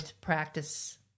practice